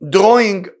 Drawing